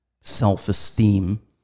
self-esteem